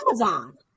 Amazon